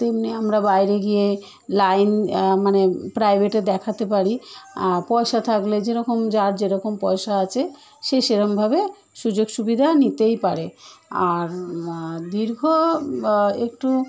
তেমনি আমরা বাইরে গিয়ে লাইন মানে প্রাইভেটে দেখাতে পারি পয়সা থাকলে যেরকম যার যেরকম পয়সা আছে সে সেরকমভাবে সুযোগ সুবিধা নিতেই পারে আর দীর্ঘ একটু